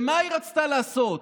ומה היא רצתה לעשות?